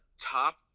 top